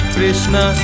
Krishna